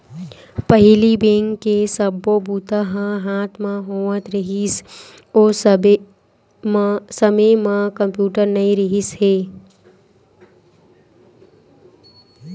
पहिली बेंक के सब्बो बूता ह हाथ म होवत रिहिस, ओ समे म कम्प्यूटर नइ रिहिस हे